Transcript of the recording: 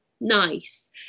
nice